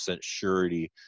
surety